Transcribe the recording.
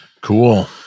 Cool